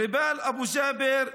ריבאל אבו ג'אבר,